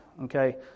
okay